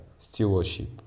stewardship